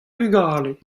vugale